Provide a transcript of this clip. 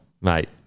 mate